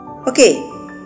Okay